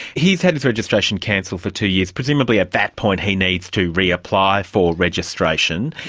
he's had his registration cancelled for two years, presumably at that point he needs to reapply for registration.